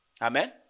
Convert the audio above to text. Amen